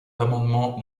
l’amendement